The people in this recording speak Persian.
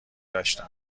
داشتن